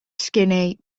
skinny